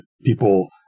people